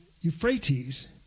Euphrates